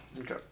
Okay